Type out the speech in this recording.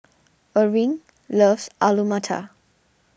Erving loves Alu Matar